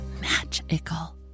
magical